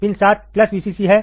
pin 7 plus VCC है